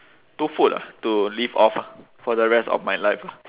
two food ah to live off ah for the rest of my life